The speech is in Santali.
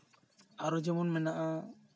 ᱟᱨᱚ ᱡᱮᱢᱚᱱ ᱢᱮᱱᱟᱜᱼᱟ